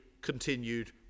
continued